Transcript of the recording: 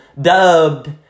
dubbed